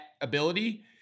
ability